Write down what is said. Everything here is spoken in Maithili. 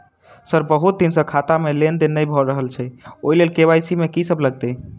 सर बहुत दिन सऽ खाता मे लेनदेन नै भऽ रहल छैय ओई लेल के.वाई.सी मे की सब लागति ई?